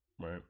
right